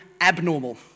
abnormal